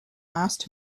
asked